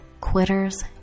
quitters